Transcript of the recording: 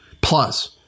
Plus